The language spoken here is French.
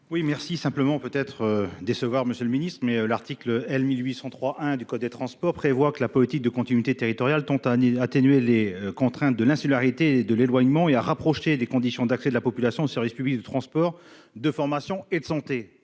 de vote. Je vais peut-être décevoir M. le ministre, mais l'article L. 1803-1 du code des transports prévoit que la politique de continuité territoriale « tend à atténuer les contraintes de l'insularité et de l'éloignement et à rapprocher les conditions d'accès de la population aux services publics de transport, de formation, de santé